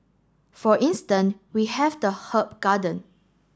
for instance we have the herb garden